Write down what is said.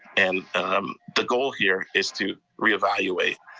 and the goal here is to reevaluate.